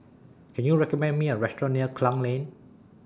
Can YOU recommend Me A Restaurant near Klang Lane